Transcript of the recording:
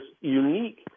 unique